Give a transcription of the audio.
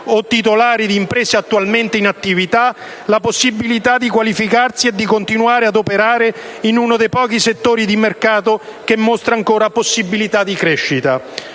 o titolari d'impresa attualmente in attività - la possibilità di qualificarsi e di continuare a operare in uno dei pochi settori di mercato che mostra ancora possibilità di crescita.